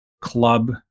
Club